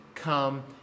come